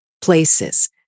places